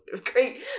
great